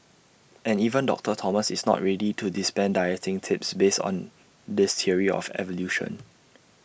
and even doctor Thomas is not ready to dispense dieting tips based on this theory of evolution